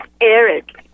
Eric